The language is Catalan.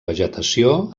vegetació